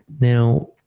Now